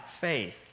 faith